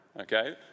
okay